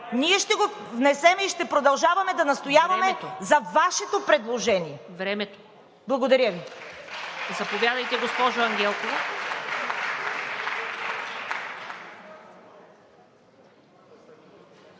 Ние ще го внесем и ще продължаваме да настояваме за Вашето предложение. ПРЕДСЕДАТЕЛ